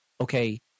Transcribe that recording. okay